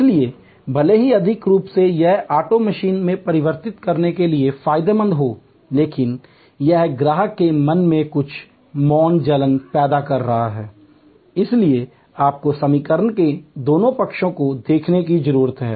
इसलिए भले ही आर्थिक रूप से यह ऑटो मशीन में परिवर्तित करने के लिए फायदेमंद हो लेकिन यह ग्राहक के मन में कुछ मौन जलन पैदा कर सकता है और इसलिए आपको समीकरण के दोनों पक्षों को देखने की जरूरत है